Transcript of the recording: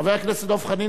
חבר הכנסת דב חנין,